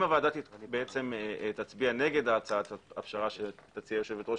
אם הוועדה תצביע נגד הצעת הפשרה שתציע יושבת-ראש